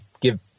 give